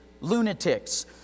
lunatics